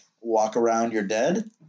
walk-around-you're-dead